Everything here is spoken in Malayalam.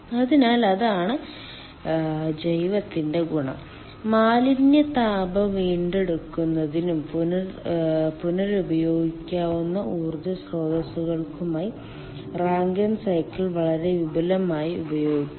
അതിനാൽ അതാണ് ജൈവത്തിന്റെ ഗുണം മാലിന്യ താപം വീണ്ടെടുക്കുന്നതിനും പുനരുപയോഗിക്കാവുന്ന ഊർജ്ജ സ്രോതസ്സുകൾക്കുമായി റാങ്കൈൻ സൈക്കിൾ വളരെ വിപുലമായി ഉപയോഗിക്കുന്നു